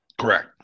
Correct